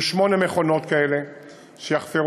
יהיו שמונה מכונות כאלה שיחפרו,